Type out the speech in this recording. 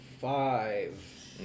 five